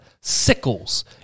sickles